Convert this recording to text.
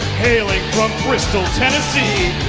hailing from bristol tn